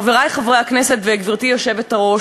חברי חברי הכנסת וגברתי היושבת-ראש,